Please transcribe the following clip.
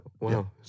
wow